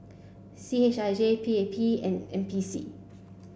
C H I J P A P and N P C